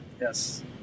Yes